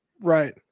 Right